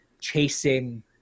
chasing